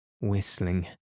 whistling